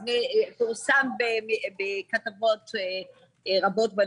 זה פורסם בכתבות רבות.